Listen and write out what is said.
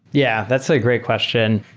yeah, that's a great question.